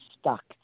stuck